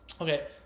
Okay